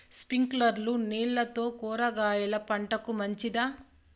స్ప్రింక్లర్లు నీళ్లతో కూరగాయల పంటకు మంచిదా?